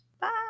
Bye